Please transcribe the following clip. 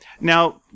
Now